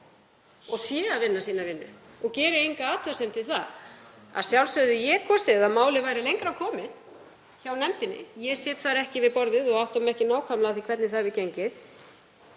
og sé að vinna sína vinnu og geri enga athugasemd við það. Að sjálfsögðu hefði ég kosið að málið væri lengra komið hjá nefndinni. Ég sit ekki við borðið þar og átta mig ekki nákvæmlega á því hvernig það hefur gengið.